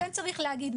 לכן צריך להגיד,